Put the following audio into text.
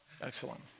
Excellent